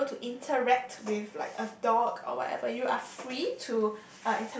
be able to interact with like a dog or whatever you are free to